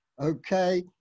okay